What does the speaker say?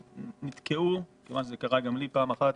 זה קרה גם לי פעם אחת,